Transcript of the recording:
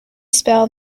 spell